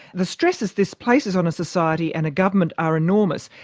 the stresses this places on a society and a government are enormous.